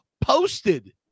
posted